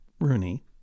Rooney